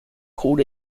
called